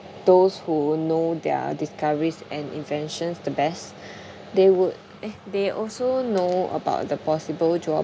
those who know their discoveries and inventions the best they would eh they also know about the possible drawbacks